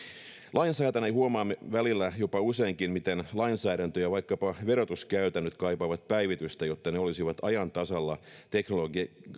lainsäätäjinä huomaamme välillä jopa useinkin miten lainsäädäntö ja vaikkapa verotuskäytännöt kaipaavat päivitystä jotta ne olisivat ajan tasalla teknologian